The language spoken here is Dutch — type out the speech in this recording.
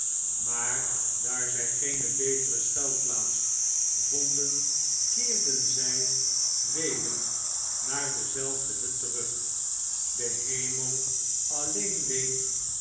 maar daar zij geene betere schuilplaats vonden keerden zij weder naar dezelfde hut terug i de hemel alleen weet